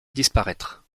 disparaître